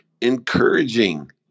encouraging